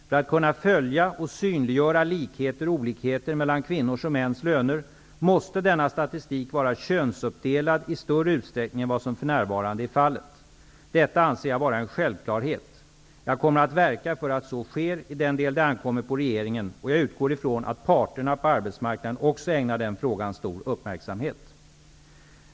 För att kunna följa och synliggöra likheter och olikheter mellan kvinnors och mäns löner måste denna statistik vara könsuppdelad i större utsträckning än vad som för närvarande är fallet. Detta anser jag vara en självklarhet. Jag kommer att verka för att så sker i den del det ankommer på regeringen, och jag utgår från att parterna på arbetsmarknaden också ägnar denna fråga stor uppmärksamhet.